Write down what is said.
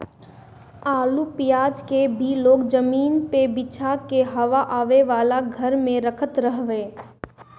आलू पियाज के भी लोग जमीनी पे बिछा के हवा आवे वाला घर में रखत हवे